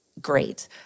great